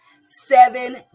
seven